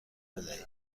بدهید